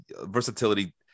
versatility